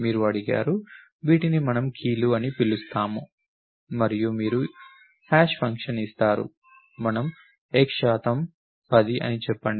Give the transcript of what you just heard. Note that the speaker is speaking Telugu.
మీరు అడిగారు వీటిని మనం కీలు అని పిలుస్తారు మరియు మీరు హాష్ ఫంక్షన్ ఇస్తారు మనం x శాతం 10 అని చెప్పండి